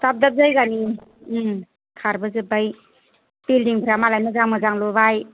दाब दाब जायगानि खारबोजोबबाय बिल्दिं फोरा मालाय मोजां मोजां लुबाय